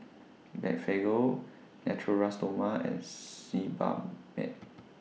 Blephagel Natura Stoma and Sebamed